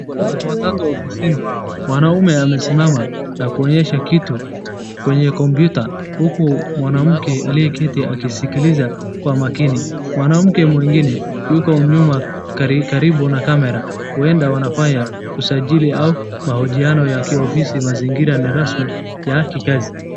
Watu watatu ofisini. Mwanaume amesimama na kuonyesha kitu kwenye computer huku mwanamke aliyeketi akisikiliza kwa makini. Mwanamke mwengine yuko nyuma karibu na camera . Huenda wanafanya usajili au mahojiano ya kiofisi. Mazingira ni rasmi ya kikazi.